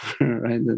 right